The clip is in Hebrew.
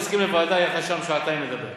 שלמה, תסכים לוועדה, יהיו לך שם שעתיים לדבר.